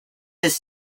his